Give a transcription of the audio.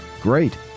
Great